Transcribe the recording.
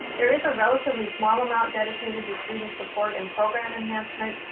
there is a relatively small amount dedicated to student support and program enhancement,